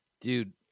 Dude